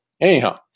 anyhow